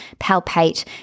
palpate